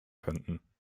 könnten